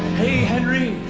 hey, henry!